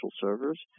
servers